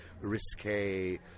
risque